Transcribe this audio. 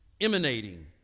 emanating